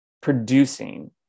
producing